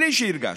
בלי שהרגשנו.